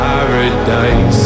Paradise